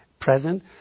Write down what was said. present